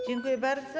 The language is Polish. Dziękuję bardzo.